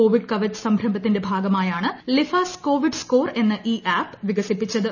Covid Kavach സംരംഭത്തിന്റെ ഭാഗമായാണ് Lyfas Covid score എന്ന ഈ ആപ് വികസിപ്പിച്ചത്